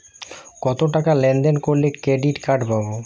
কতটাকা লেনদেন করলে ক্রেডিট কার্ড পাব?